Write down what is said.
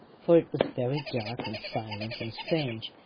for it was very dark and silent and strange,